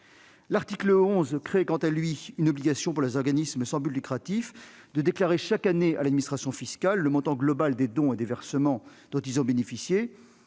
L'article 11 tend à créer, quant à lui, une obligation pour les organismes sans but lucratif de déclarer chaque année à l'administration fiscale le montant global des dons et des versements dont ils ont bénéficié.